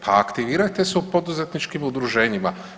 Pa aktivirajte se u poduzetničkim udruženjima.